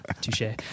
touche